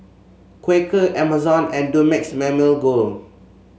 Quaker Amazon and Dumex Mamil Gold